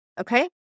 okay